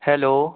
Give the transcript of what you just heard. hello